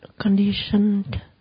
conditioned